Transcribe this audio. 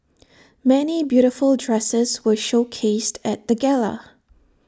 many beautiful dresses were showcased at the gala